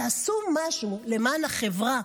תעשו משהו למען החברה,